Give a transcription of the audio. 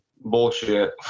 bullshit